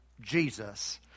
Jesus